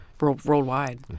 worldwide